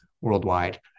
worldwide